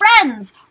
friends